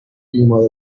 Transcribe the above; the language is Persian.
بیمار